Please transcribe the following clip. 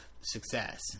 success